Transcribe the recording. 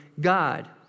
God